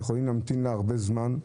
שיכולים להמתין לה זמן רב,